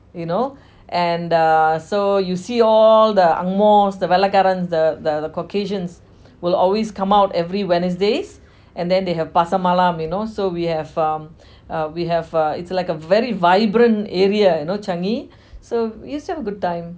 you know and uh so you see all the angmohs the வெல்ல காரன்ஸ்:vella kaarans the caucasians will always come out every wednesdays and then they have pasar malam you know so we have um uh we have uh it's like a very vibrant area you know changi so it's a good time